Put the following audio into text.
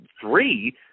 three